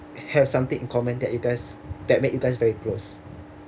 have something in common that you guys that make you guys very close